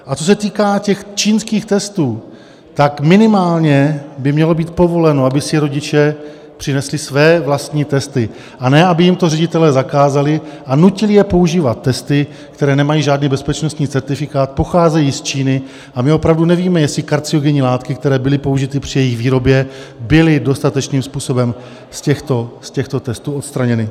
A co se týká těch čínských testů, tak minimálně by mělo být povoleno, aby si rodiče přinesli své vlastní testy, a ne aby jim to ředitelé zakázali a nutili je používat testy, které nemají žádný bezpečnostní certifikát, pocházejí z Číny a my opravdu nevíme, jestli karcinogenní látky, které byly použity při jejich výrobě, byly dostatečným způsobem z těchto testů odstraněny.